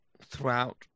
throughout